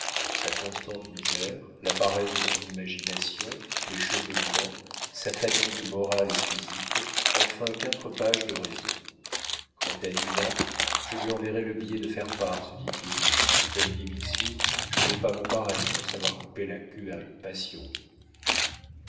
sa constante misère la paresse de son imagination les cheveux blancs sa fatigue morale et physique enfin quatre pages de raisons quant à dinah je lui enverrai le billet de faire part se dit-il comme dit bixiou je n'ai pas mon pareil pour savoir couper la queue à une passion